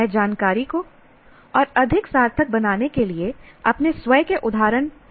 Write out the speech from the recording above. मैं जानकारी को और अधिक सार्थक बनाने के लिए अपने स्वयं के उदाहरण नहीं बनाता बनाता हूं